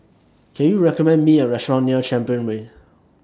Can YOU recommend Me A Restaurant near Champion Way